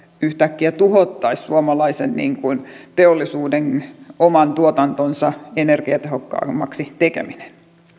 yhtäkkiä tuhottaisiin suomalaisen teollisuuden oman tuotantonsa energiatehokkaammaksi tekeminen